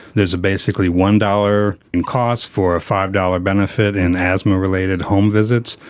there's basically one dollars in cost for a five dollars benefit in asthma related home visits.